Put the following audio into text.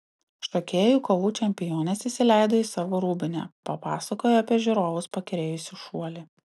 šokėjų kovų čempionės įsileido į savo rūbinę papasakojo apie žiūrovus pakerėjusį šuolį